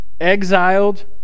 exiled